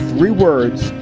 three words,